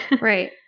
Right